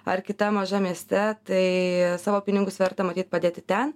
ar kitam mažam mieste tai savo pinigus verta matyt padėti ten